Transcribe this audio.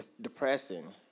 Depressing